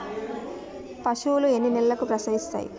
పశువులు ఎన్ని నెలలకు ప్రసవిస్తాయి?